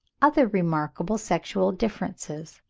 other remarkable sexual differences.